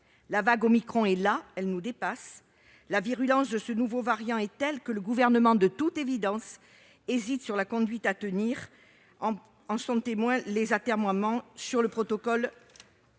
La vague omicron est là, elle nous dépasse. La virulence de ce nouveau variant est telle que le Gouvernement, de toute évidence, hésite sur la conduite à tenir, comme en témoignent les atermoiements sur le protocole